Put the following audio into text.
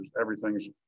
Everything's